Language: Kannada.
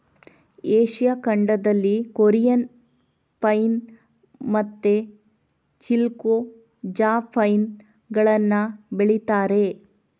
ಏಷ್ಯಾ ಖಂಡದಲ್ಲಿ ಕೊರಿಯನ್ ಪೈನ್ ಮತ್ತೆ ಚಿಲ್ಗೊ ಜಾ ಪೈನ್ ಗಳನ್ನ ಬೆಳೀತಾರೆ